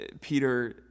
Peter